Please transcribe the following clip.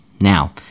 Now